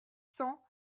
cents